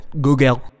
Google